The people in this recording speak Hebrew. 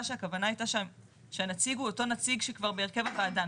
שהכוונה הייתה שהנציג הוא אותו נציג שכבר נמצא בהרכב הוועדה,